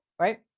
right